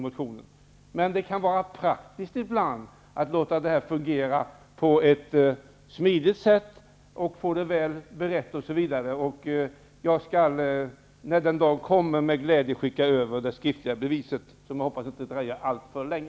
Det kan ibland vara praktiskt att låta det fungera på ett smidigt sätt, att få det väl berett osv., och när den dagen kommer skall jag med glädje skicka över det skriftliga beviset -- jag tror inte att det dröjer alltför länge.